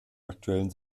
aktuellen